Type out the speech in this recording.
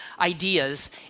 ideas